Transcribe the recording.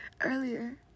earlier